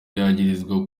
yagirizwa